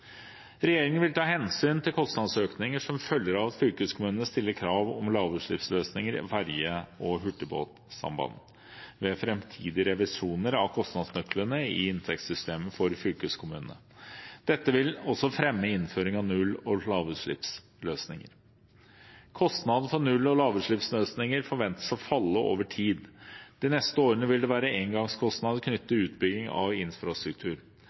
Regjeringen vil ta hensyn til kostnadsøkninger som følger av at fylkeskommunene stiller krav om lavutslippsløsninger i ferge- og hurtigbåtsamband ved framtidige revisjoner av kostnadsnøklene i inntektssystemet for fylkeskommunene. Dette vil også fremme innføring av null- og lavutslippsløsninger. Kostnadene for null- og lavutslippsløsninger forventes å falle over tid. De neste årene vil det være engangskostnader knyttet til utbygging av infrastruktur.